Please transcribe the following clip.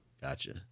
Gotcha